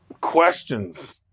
Questions